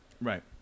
Right